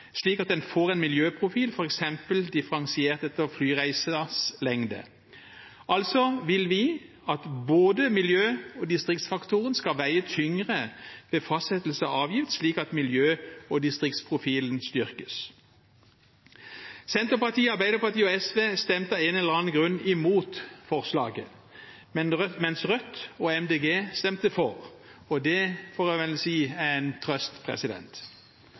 slik at den får en miljøprofil, f.eks. differensiert etter flyreisens lengde. Altså vil vi at både miljø- og distriktsfaktoren skal veie tyngre ved fastsettelse av avgift, slik at miljø- og distriktsprofilen styrkes. Senterpartiet, Arbeiderpartiet og SV stemte av en eller annen grunn imot forslaget, mens Rødt og Miljøpartiet De Grønne stemte for – og det, får en vel si, er en trøst.